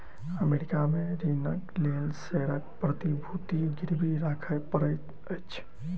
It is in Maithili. अमेरिका में ऋणक लेल शेयरक प्रतिभूति गिरवी राखय पड़ैत अछि